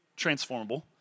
transformable